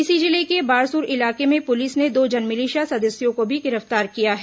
इसी जिले के बारसूर इलाके में पुलिस ने दो जनमिलिशिया सदस्यों को भी गिरफ्तार किया है